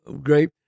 great